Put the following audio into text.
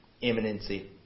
imminency